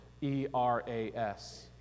E-R-A-S